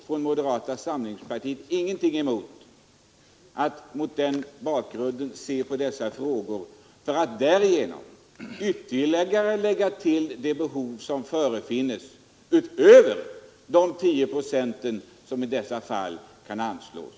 Från moderata samlingspartiet har vi ingenting emot att mot den bakgrunden pröva de investeringsbehov som kan förefinnas utöver marginalen på 10 procent.